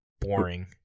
boring